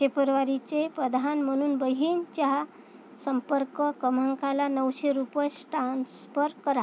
फेब्रुवारीचे प्रदान म्हणून बहीणीच्या संपर्क क्रमांकाला नऊशे रुपये टान्सफर करा